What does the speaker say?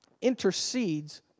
intercedes